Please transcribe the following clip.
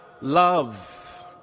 love